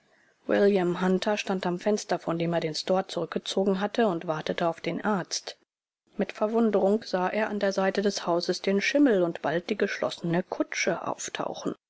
william hunter stand am fenster von dem er den store zurückgezogen hatte und wartete auf den arzt mit verwunderung sah er an der seite des hauses den schimmel und bald die geschlossene kutsche auftauchen